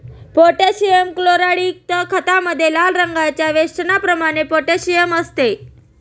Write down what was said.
potassium क्लोराईडयुक्त खतामध्ये लाल रंगाच्या वेष्टनाप्रमाणे पोटॅशियम असते